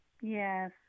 Yes